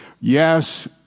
Yes